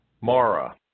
Mara